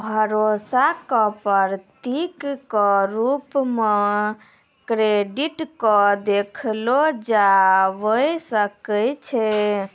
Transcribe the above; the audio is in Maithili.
भरोसा क प्रतीक क रूप म क्रेडिट क देखलो जाबअ सकै छै